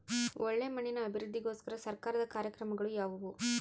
ಒಳ್ಳೆ ಮಣ್ಣಿನ ಅಭಿವೃದ್ಧಿಗೋಸ್ಕರ ಸರ್ಕಾರದ ಕಾರ್ಯಕ್ರಮಗಳು ಯಾವುವು?